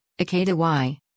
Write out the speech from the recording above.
Ikeda-Y